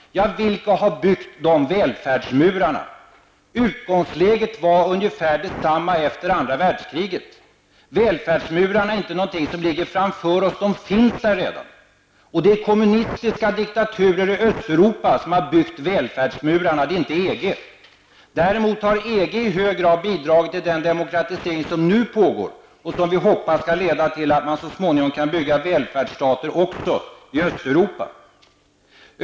Ja, men vilka har byggt de välfärdsmurarna? Utgångsläget var ungefär detsamma efter andra världskriget. Välfärdsmurarna är inte någonting som ligger framför oss, de finns där redan. Det är kommunistdiktaturer i Östeuropa som bygger välfärdsmurar, inte EG. Däremot har EG i hög grad bidragit till den demokratisering som nu pågår och som vi hoppas skall leda till att man småningom kan bygga välfärdstater också i Östeuropa.